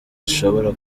zishobora